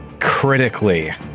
critically